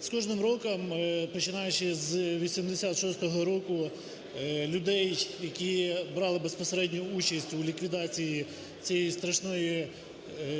З кожним роком, починаючи з 1986 року, людей, які брали безпосередню участь у ліквідації цієї страшної